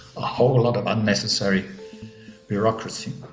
a whole lot of unnecessary bureaucracy.